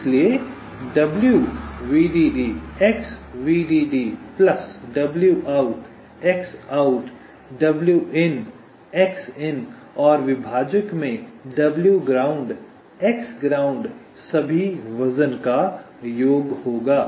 इसलिए w vdd x vdd plus w out x out w in x in और विभाजक में w ground x ground सभी वज़न का योग होगा